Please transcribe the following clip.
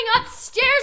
upstairs